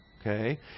Okay